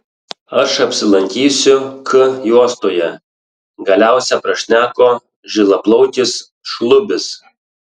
aš apsilankysiu k juostoje galiausia prašneko žilaplaukis šlubis